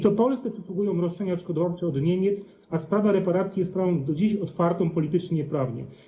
To Polsce przysługują roszczenia odszkodowawcze od Niemiec, a sprawa reparacji jest sprawą do dziś otwartą politycznie i prawnie.